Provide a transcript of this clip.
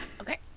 okay